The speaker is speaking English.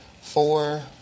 four